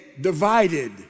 divided